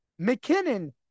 McKinnon